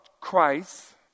Christ